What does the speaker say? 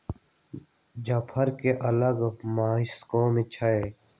जाफर के अलगे महकइ छइ